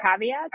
caveat